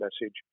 message